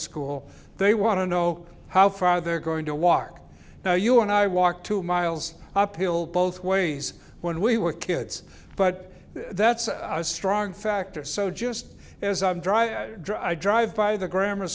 school they want to know how far they're going to walk now you and i walked two miles uphill both ways when we were kids but that's a strong factor so just as i'm dr drew i drive by the grammar